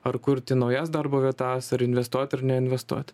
ar kurti naujas darbo vietas ar investuoti ar neinvestuot